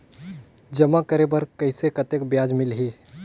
जमा करे बर कइसे कतेक ब्याज मिलही?